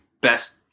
best